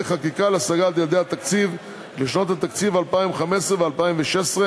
חקיקה להשגת יעדי התקציב לשנות התקציב 2015 ו-2016),